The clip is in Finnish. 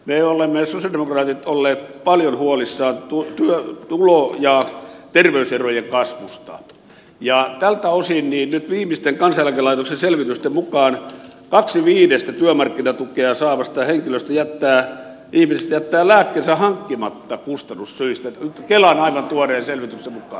me olemme sosialidemokraatit olleet paljon huolissamme tulo ja terveyserojen kasvusta ja tältä osin nyt viimeisten kansaneläkelaitoksen selvitysten mukaan kaksi viidestä työmarkkinatukea saavasta ihmisestä jättää lääkkeensä hankkimatta kustannussyistä kelan aivan tuoreen selvityksen mukaan